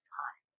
time